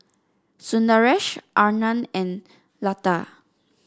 Sundaresh Anand and Lata